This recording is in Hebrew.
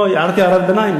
לא, הערתי הערת ביניים.